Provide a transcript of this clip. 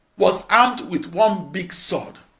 was armed with one big sword.